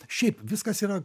šiaip viskas yra